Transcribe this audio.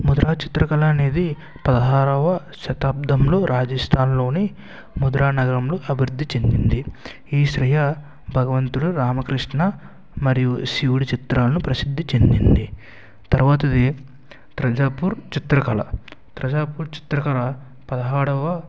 ముదిరాజ్ చిత్రకళ అనేది పదహారవ శతాబ్దంలో రాజస్థాన్ లోని మధురానగరంలో అభివృద్ధి చెందింది ఈ శ్రేయ భగవంతుడు రామకృష్ణ మరియు శివుడి చిత్రాలను ప్రసిద్ధి చెందింది తర్వాతది ప్రజాపూర్ చిత్రకళ ప్రజాపూర్ చిత్రకళ పదహారవ